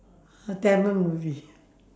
tamil movie